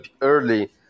early